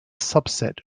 subset